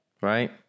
Right